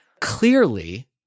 clearly